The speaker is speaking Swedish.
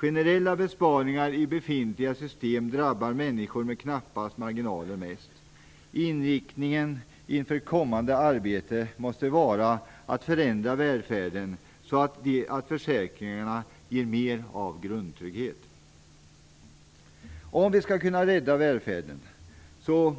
Generella besparingar i befintliga system drabbar människor med knappast marginaler mest. Inriktningen inför kommande arbete måste vara att förändra välfärden så att försäkringarna ger mer av grundtrygghet. Om vi skall kunna rädda välfärden